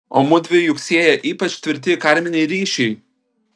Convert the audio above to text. o mudvi juk sieja ypač tvirti karminiai ryšiai